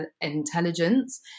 intelligence